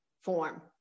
form